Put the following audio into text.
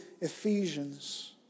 Ephesians